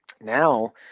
now